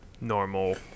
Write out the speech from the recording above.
normal